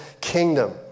kingdom